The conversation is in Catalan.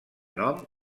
nom